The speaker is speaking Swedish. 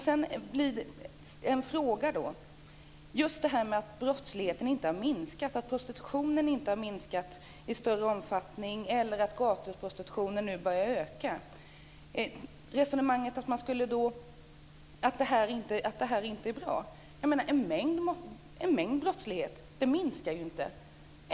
Jag vill ta upp detta att brottsligheten och prostitutionen inte har minskat i större omfattning eller att gatuprostitutionen nu börjar öka och resonemanget att det här inte är bra. En mängd brottslighet minskar inte.